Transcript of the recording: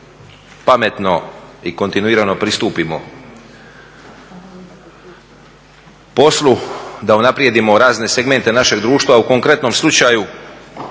pametno i kontinuirano pristupimo poslu, da unaprijedimo razne segmente našeg društva u konkretnom slučaju,